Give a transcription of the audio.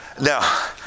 Now